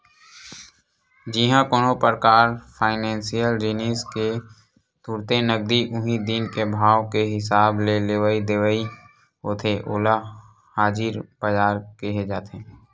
जिहाँ कोनो परकार फाइनेसियल जिनिस के तुरते नगदी उही दिन के भाव के हिसाब ले लेवई देवई होथे ओला हाजिर बजार केहे जाथे